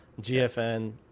GFN